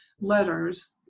letters